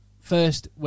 first